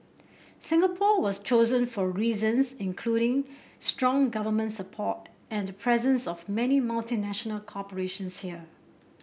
Singapore was chosen for reasons including strong government support and the presence of many multinational corporations here